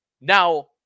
Now